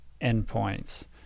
endpoints